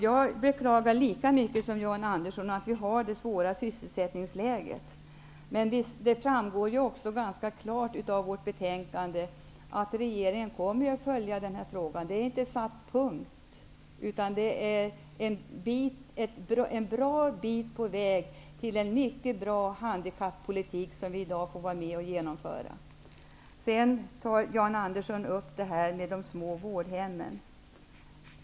Jag beklagar lika mycket som Jan Andersson att vi har det svåra sysselsättningsläget, men det framgår ju ganska klart av vårt betänkande att regeringen kommer att följa den här frågan. Punkten är inte satt. I och med det som vi i dag får vara med om att genomföra kommer vi en bra bit på vägen mot en utmärkt handikappolitik. Jan Andersson tar upp de små vårdhemmen.